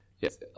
Yes